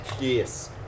Yes